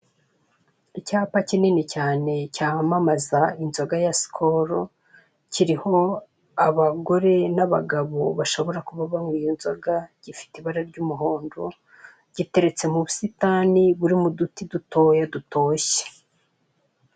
Icyapa kinini cyane cyamamaza inzoga ya sikoro, kiriho abagore n'abagabo bashobora kuba banywa iyo nzoga, gifite ibara ry'umuhondo. Giteretse mu busitani burimo uduti dutoya dutoshye.